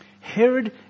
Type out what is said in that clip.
Herod